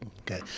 okay